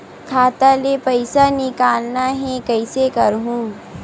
खाता ले पईसा निकालना हे, कइसे करहूं?